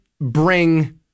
bring